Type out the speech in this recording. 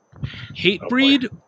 Hatebreed